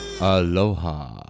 aloha